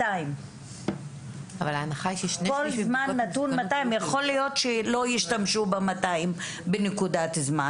200. יכול להיות שלא ישתמשו ב-200 בנקודת זמן